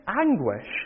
Anguish